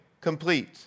complete